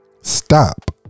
Stop